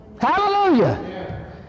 Hallelujah